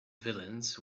villains